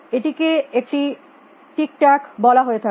এটিকে একটি টিকটাক বলা হয়ে থাকে